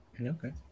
Okay